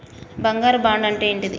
బంగారు బాండు అంటే ఏంటిది?